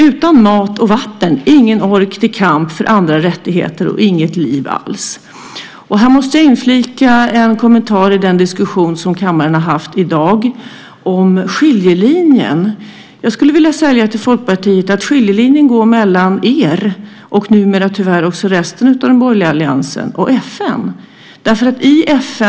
Utan mat och vatten finns ingen ork till kamp för andra rättigheter och inget liv alls. Jag måste inflika en kommentar till den diskussion som kammaren har haft i dag om skiljelinjen. Jag skulle till Folkpartiet, och tyvärr numera också resten av den borgerliga alliansen, vilja säga att skiljelinjen går mellan er och FN.